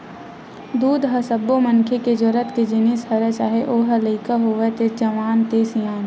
दूद ह सब्बो मनखे के जरूरत के जिनिस हरय चाहे ओ ह लइका होवय ते जवान ते सियान